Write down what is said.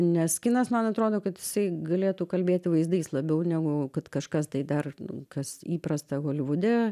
nes kinas man atrodo kad jisai galėtų kalbėti vaizdais labiau negu kad kažkas tai dar kas įprasta holivude